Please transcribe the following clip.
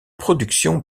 production